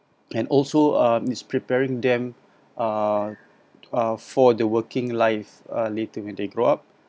can also uh is preparing them uh uh for the working life uh later when they grow up